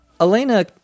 Elena